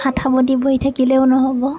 হাত সাৱতি বহি থাকিলেও নহ'ব